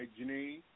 Janine